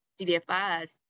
CDFIs